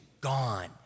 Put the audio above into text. gone